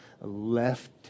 left